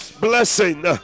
blessing